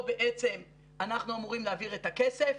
בעצם אנחנו אמורים להעביר את הכסף.